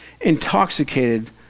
Intoxicated